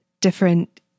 different